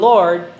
Lord